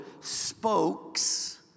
spokes